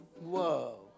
Whoa